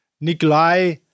Nikolai